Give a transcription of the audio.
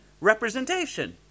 representation